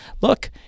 look